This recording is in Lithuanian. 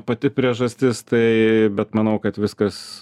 pati priežastis tai bet manau kad viskas